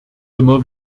immer